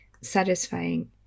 satisfying